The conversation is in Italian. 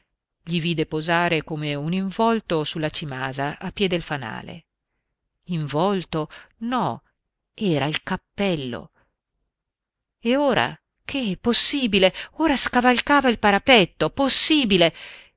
gli vide posare come un involto su la cimasa a piè del fanale involto no era il cappello e ora che possibile ora scavalcava il parapetto possibile